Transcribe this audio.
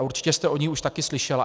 Určitě jste o ní už také slyšela.